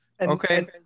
Okay